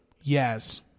Yes